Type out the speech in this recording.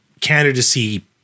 candidacy